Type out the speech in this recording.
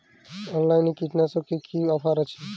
অনলাইনে কীটনাশকে কি অফার আছে?